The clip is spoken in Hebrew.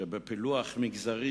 שבפילוח מגזרי,